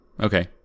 Okay